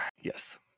Yes